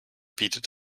bietet